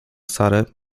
sary